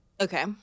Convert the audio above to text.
Okay